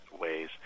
ways